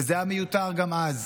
וזה היה מיותר גם אז,